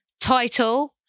title